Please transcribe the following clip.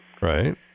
Right